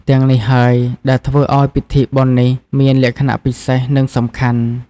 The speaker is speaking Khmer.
ទាំងនេះហើយដែលធ្វើឲ្យពិធីបុណ្យនេះមានលក្ខណៈពិសេស និងសំខាន់។